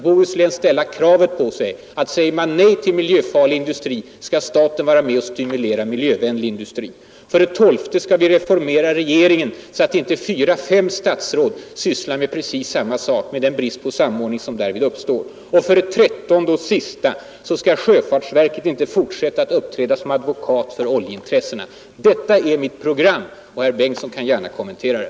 Bohuslän kan ställa krav, att om man säger nej till miljöfarlig industri skall staten vara med och stimulera miljövänlig industri. 12. Vi skall reformera regeringen så att inte fyra, fem statsråd sysslar med ungefär samma sak med den brist på samordning som då uppstår. 13. Till sist, sjöfartsverket skall inte forsätta att uppträda som advokat för oljeintressena. Detta är mitt program, och herr Bengtsson kan gärna kommentera det.